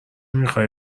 میخوایی